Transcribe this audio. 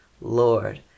Lord